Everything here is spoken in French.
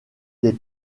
des